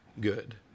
good